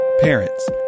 Parents